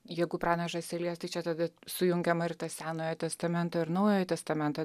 jeigu pranašas elijas tai čia tada sujungiama ir tas senojo testamento ir naujojo testamento